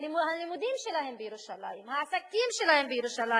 הלימודים שלהם בירושלים, העסקים שלהם בירושלים.